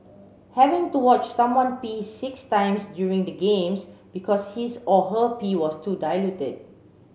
having to watch someone pee six times during the games because his or her pee was too diluted